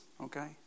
okay